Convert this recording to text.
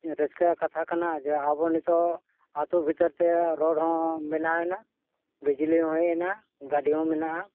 ᱨᱟᱹᱥᱠᱟᱹ ᱠᱟᱛᱷᱟ ᱠᱟᱱᱟ ᱡᱮ ᱟᱵᱚ ᱱᱤᱛᱚᱜ ᱟᱛᱳ ᱵᱷᱤᱛᱟᱹᱨ ᱛᱮ ᱨᱳᱰ ᱦᱚᱸ ᱵᱮᱱᱟᱣ ᱮᱱᱟ ᱵᱤᱡᱽᱞᱤ ᱦᱚᱸ ᱦᱮᱡ ᱮᱱᱟ ᱜᱟᱹᱰᱤ ᱦᱚᱸ ᱢᱮᱱᱟᱜᱼᱟ